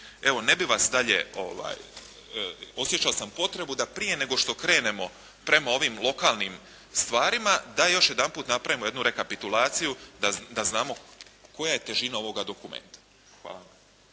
Evo ne bih vas dalje, osjećao sam potrebu da prije nego što krenemo prema ovim lokalnim stvarima, da još jedanput napravimo jednu rekapitulaciju da znamo koja je težina ovoga dokumenta. Hvala.